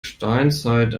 steinzeit